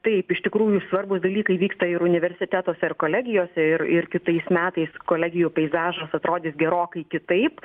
taip iš tikrųjų svarbūs dalykai vyksta ir universitetuose ir kolegijose ir ir kitais metais kolegijų peizažas atrodys gerokai kitaip